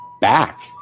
back